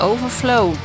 Overflow